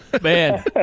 Man